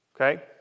okay